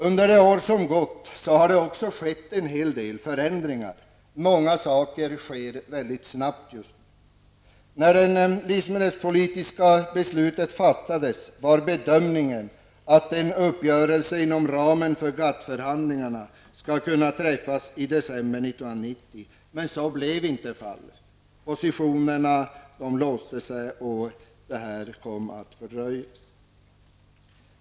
Under det år som har gått har också en hel del förändringar skett, och det är mycket som sker väldigt snabbt just nu: -- När det livsmedelspolitiska beslutet fattades gjordes bedömningen att en uppgörelse inom ramen för GATT-förhandlingarna skulle kunna träffas i december 1990. Så blev inte fallet. Positionerna var låsta, och det blev en fördröjning.